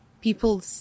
people